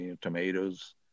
tomatoes